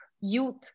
youth